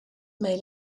may